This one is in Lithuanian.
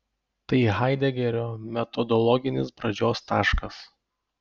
tai haidegerio metodologinis pradžios taškas